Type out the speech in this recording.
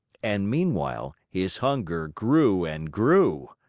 and meanwhile his hunger grew and grew.